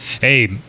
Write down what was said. Hey